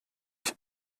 ich